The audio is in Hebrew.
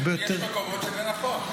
הרבה יותר --- יש מקומות שזה נכון.